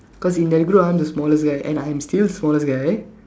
cause in the group I'm the smallest guy and I'm still smallest guy